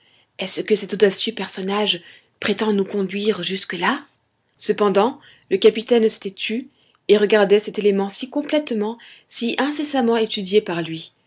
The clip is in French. est-ce que cet audacieux personnage prétend nous conduire jusque-là cependant le capitaine s'était tu et regardait cet élément si complètement si incessamment étudié par lui